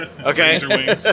Okay